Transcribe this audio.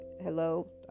hello